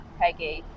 peggy